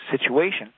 situation